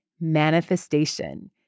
manifestation